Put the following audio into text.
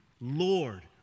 Lord